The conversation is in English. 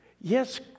Yes